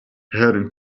heading